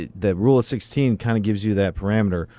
that rule of sixteen kind of gives you that parameter.